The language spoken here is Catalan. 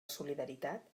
solidaritat